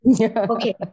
Okay